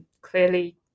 clearly